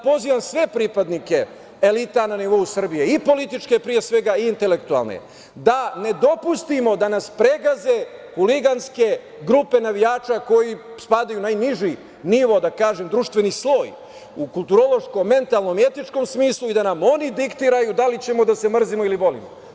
Pozivam sve pripadnike elita na nivou Srbije i političke prirode, a pre svega intelektualne, da ne dopustimo da nas pregaze huliganske grupe navijača koji spadaju u najniži nivo, da kažem, društveni sloj u kulturološkom, mentalnom i etičkom smislu i da nam oni diktiraju da li ćemo da se mrzimo ili volimo.